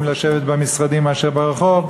לשבת במשרדים יותר מאשר להיות ברחוב,